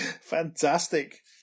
Fantastic